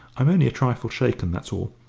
i'm only a trifle shaken, that's all.